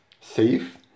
safe